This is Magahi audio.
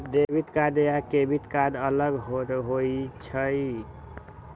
डेबिट कार्ड या क्रेडिट कार्ड अलग होईछ ई?